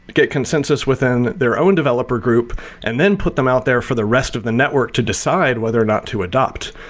get consensus within their own developer group, and then put them out there for the rest of the network to decide whether or not to adopt.